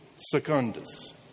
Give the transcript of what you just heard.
Secundus